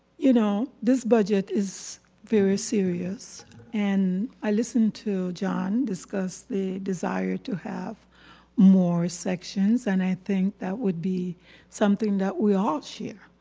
you know, this budget is very serious and i listened to john discuss the desire to have more sections and i think that would be something that we all share.